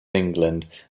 england